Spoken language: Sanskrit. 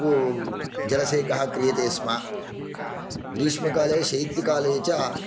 पू जलसेकः क्रियते स्म ग्रीष्मकाले शैत्यकाले च